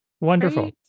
Wonderful